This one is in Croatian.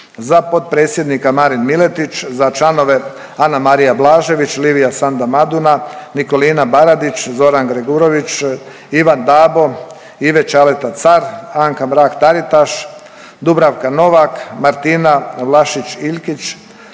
za potpredsjednika Marin Miletić, za članove Anamrija Blažević, Livia Sanda Maduna, Nikolina Baradić, Zoran Gregurović, Ivan Dabo, Ive Čaleta Car, Anka Mrak-Taritaš, Dubravka Novac, Martina Vlašić Iljkić,